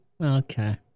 Okay